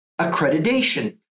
accreditation